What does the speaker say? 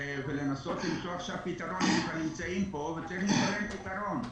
-- ולנסות למצוא פתרון כי הם כבר נמצאים פה וצריך למצוא להם פתרון.